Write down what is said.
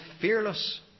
fearless